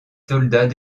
soldats